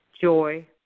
joy